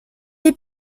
est